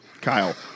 Kyle